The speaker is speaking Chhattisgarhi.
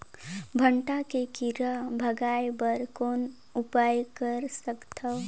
भांटा के कीरा भगाय बर कौन उपाय कर सकथव?